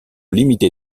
limité